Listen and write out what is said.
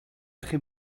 très